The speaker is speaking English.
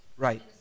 Right